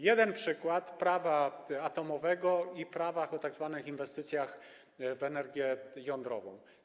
Jeden przykład prawa atomowego i prawa o tzw. inwestycjach w energię jądrową.